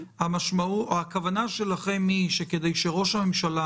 הכוונה שלכם היא שכדי שראש הממשלה